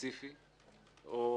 כדי שלא תישמע טענה שיש